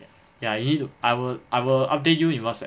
ya you need to I will I will update you in WhatsApp